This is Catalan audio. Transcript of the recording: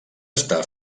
està